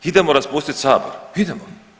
Idemo raspustiti sabor, idemo.